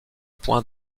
point